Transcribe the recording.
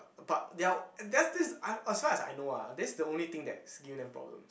but they are o~ that's this I'm as far as I know ah this is the only thing that is giving them problem